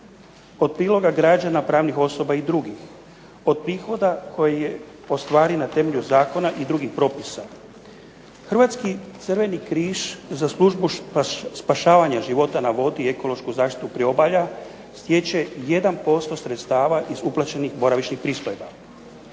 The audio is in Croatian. od priloga građana, pravnih osoba i drugih, od prihoda koje ostvari na temelju zakona i drugih propisa. Hrvatski Crveni križ za Službu spašavanja života na vodi i ekološku zaštitu priobalja stječe 1% sredstava iz uplaćenih boravišnih pristojba.